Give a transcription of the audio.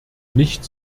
nicht